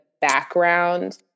background